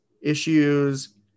issues